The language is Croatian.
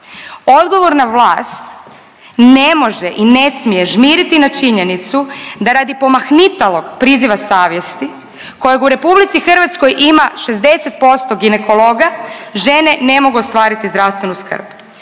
Odgovorna vlast ne može i ne smije žmiriti na činjenicu da radi pomahnitalog priziva savjesti kojeg u RH ima 60% ginekologa žene ne mogu ostvariti zdravstvenu skrb.